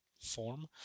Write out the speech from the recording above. form